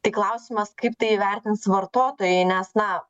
tai klausimas kaip tai įvertins vartotojai nes na